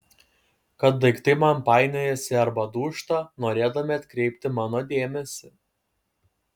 kad daiktai man painiojasi arba dūžta norėdami atkreipti mano dėmesį